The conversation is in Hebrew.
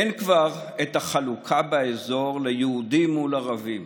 אין כבר חלוקה באזור ליהודים מול ערבים